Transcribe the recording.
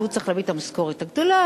הוא צריך להביא את המשכורת הגדולה,